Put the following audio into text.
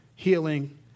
healing